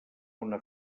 una